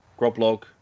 Groblog